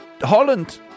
Holland